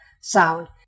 sound